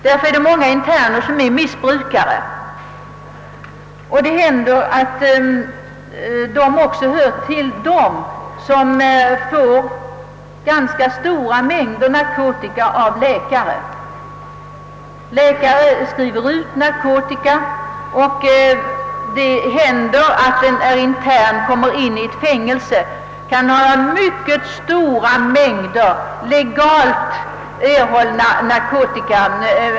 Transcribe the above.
Därför är många interner missbrukare. De hör också ofta till dem som får ganska stora mängder narkotika utskrivna till sig av läkare. Det händer sålunda att en intern som kommer i fängelse har med sig mycket stora mängder legalt erhållen narkotika.